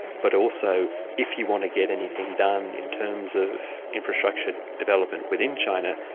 but also if you want to get anything done in terms of infrastructure development within china,